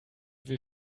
wir